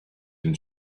and